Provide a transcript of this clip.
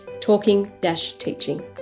talking-teaching